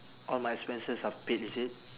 all my expenses are paid is it